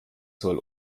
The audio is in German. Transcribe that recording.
soll